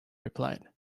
replied